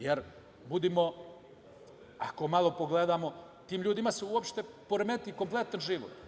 Jer, ako malo pogledamo, tim ljudima se uopšte poremeti kompletan život.